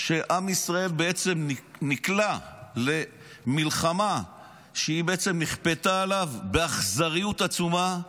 שעם ישראל נקלע למלחמה שנכפתה עליו באכזריות עצומה,